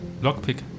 lockpick